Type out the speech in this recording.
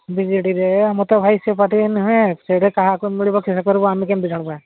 ବିଜେଡ଼ିରେ ଆମର ତ ଭାଇ ସୋସାଇଟି ନୁହେଁ ସେଇଟା କାହାକୁ ମିଳିବ କ'ଣ କରିବୁ ଆମେ କେମିତି ଜାଣିବୁ ବା